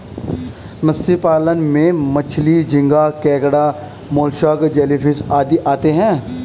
मत्स्य पालन में मछली, झींगा, केकड़ा, मोलस्क, जेलीफिश आदि आते हैं